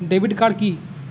Debit card কি?